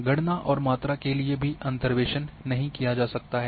गणना और मात्रा के लिए भी अंतर्वेसन नहीं किया जा सकता है